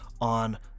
on